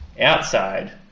outside